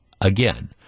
again